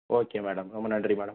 okay madam ரொம்ப நன்றி madam